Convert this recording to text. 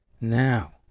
Now